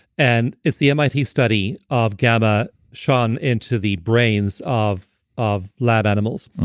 and it's the mit study of gamma shown into the brains of of lab animals.